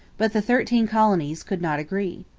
but the thirteen colonies could not agree.